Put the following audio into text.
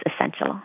essential